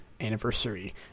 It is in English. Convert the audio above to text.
anniversary